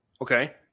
Okay